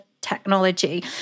technology